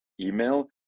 email